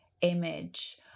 image